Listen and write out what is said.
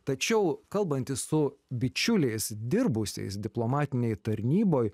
tačiau kalbantis su bičiuliais dirbusiais diplomatinėj tarnyboj